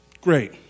Great